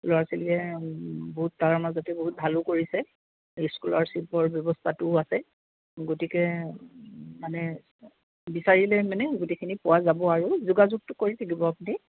ল'ৰা ছোৱালীয়ে বহুত তাৰ মাজতে বহুত ভালো কৰিছে স্কলাৰশ্বিপৰ ব্যৱস্থাটোও আছে গতিকে মানে বিচাৰিলেই মানে গোটেইখিনি পোৱা যাব আৰু যোগাযোগটো কৰি থাকিব আপুনি